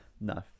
no